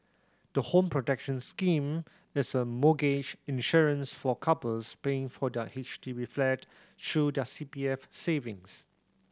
the Home Protection Scheme is a mortgage insurance for couples paying for their H D B flat through their C P F savings